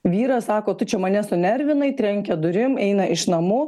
vyras sako tu čia mane sunervinai trenkia durim eina iš namų